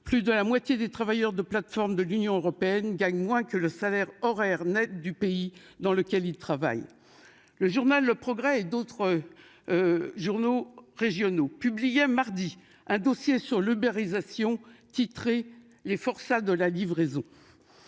Plus de la moitié des travailleurs de plateforme de l'Union européenne gagnent moins que le salaire horaire Net du pays dans lequel il travaille. Le journal Le Progrès et d'autres. Journaux régionaux publié mardi. Un dossier sur Le Berre réalisation titré les forçats de la livraison.